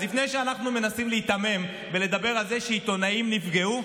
אז לפני שאנחנו מנסים להיתמם ולדבר על זה שעיתונאים נפגעו,